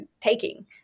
taking